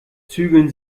zügeln